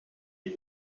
est